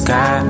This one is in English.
Sky